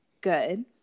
good